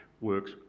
works